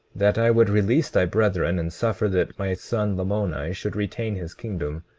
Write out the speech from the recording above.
that i would release thy brethren, and suffer that my son lamoni should retain his kingdom,